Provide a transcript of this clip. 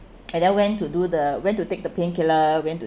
and then went to do the went to take the painkiller went to